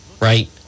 right